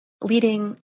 leading